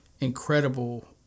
Incredible